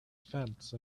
fence